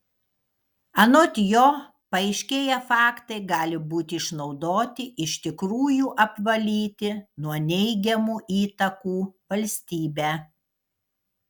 anot jo paaiškėję faktai gali būti išnaudoti iš tikrųjų apvalyti nuo neigiamų įtakų valstybę